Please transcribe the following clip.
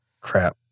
Crap